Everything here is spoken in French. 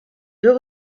deux